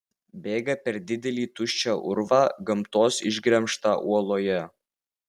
bėga per didelį tuščią urvą gamtos išgremžtą uoloje